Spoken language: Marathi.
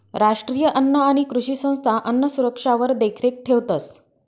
राष्ट्रीय अन्न आणि कृषी संस्था अन्नसुरक्षावर देखरेख ठेवतंस